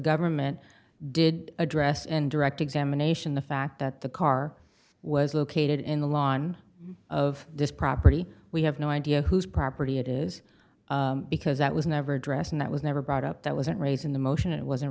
government did address and direct examination the fact that the car was located in the lawn of this property we have no idea whose property it is because that was never addressed and that was never brought up that wasn't raised in the motion and it wasn't